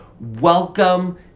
Welcome